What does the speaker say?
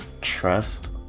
trust